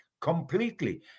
completely